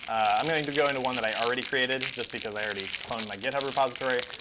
i'm going to go into one that i already created just because already cloned my github repository.